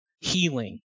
healing